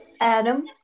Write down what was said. Adam